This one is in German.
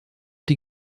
die